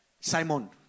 Simon